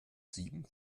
sieben